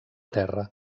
terra